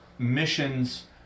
missions